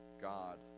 God